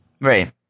right